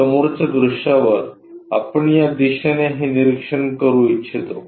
समोरच्या दृश्यावर आपण या दिशेने हे निरीक्षण करू इच्छितो